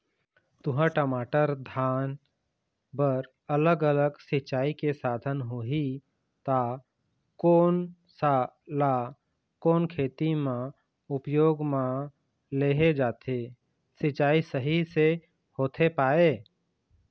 तुंहर, टमाटर, धान बर अलग अलग सिचाई के साधन होही ता कोन सा ला कोन खेती मा उपयोग मा लेहे जाथे, सिचाई सही से होथे पाए?